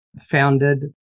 founded